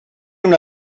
una